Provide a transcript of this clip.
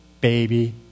Baby